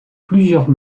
plusieurs